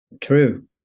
True